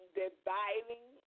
dividing